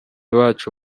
bacu